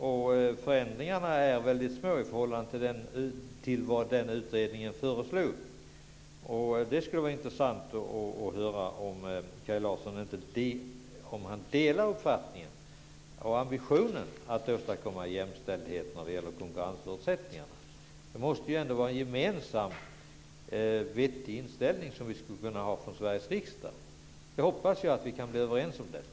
De förändringar som har skett är väldigt små i förhållande till vad den utredningen föreslog. Det skulle vara intressant att höra om Kaj Larsson delar denna uppfattning och ambitionen att åstadkomma jämställdhet när det gäller konkurrensförutsättningarna. Vi måste ju ha en gemensam vettig inställning i Sveriges riksdag. Jag hoppas vi kan vara överens om detta.